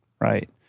Right